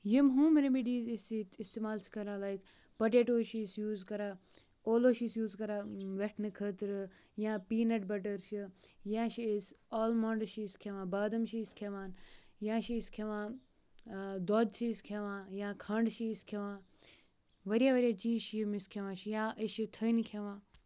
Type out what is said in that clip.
یِم home remedies أسۍ ییٚتہِ استعمال چھِ کَران لایِک پوٚٹیٚٹوز چھِ أسۍ یوٗز کَران اولو چھِ أسۍ یوٗز کَران ویٚٹھنہٕ خٲطرٕ یا پینَٹ بَٹَر چھِ یا چھِ أسۍ آلمَنڈٕز چھِ أسۍ کھیٚوان بادام چھِ أسۍ کھیٚوان یا چھِ أسۍ کھیٚوان دۄد أسۍ کھیٚوان یا کھَنٛڈ چھِ أسۍ کھیٚوان واریاہ واریاہ چیٖز چھِ یِم أسۍ کھیٚوان چھِ یا أسۍ چھِ تھٔنۍ کھیٚوان